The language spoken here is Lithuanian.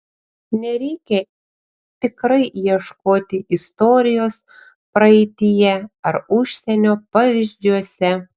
nereikia tikrai ieškoti istorijos praeityje ar užsienio pavyzdžiuose